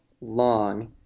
long